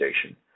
station